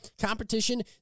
competition